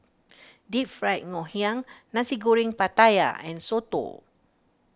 Deep Fried Ngoh Hiang Nasi Goreng Pattaya and Soto